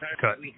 cut